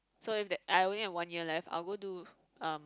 so if that I only have one year left I'll go do um